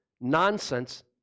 Nonsense